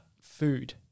food